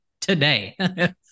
today